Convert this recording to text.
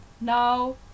Now